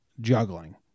juggling